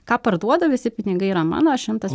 ką parduoda visi pinigai yra mano šimtas